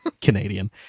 canadian